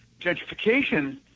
gentrification